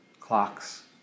clocks